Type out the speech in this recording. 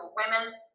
women's